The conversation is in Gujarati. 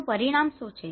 આનું પરિણામ શું છે